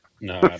No